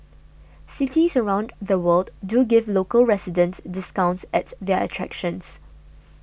cities around the world do give local residents discounts at their attractions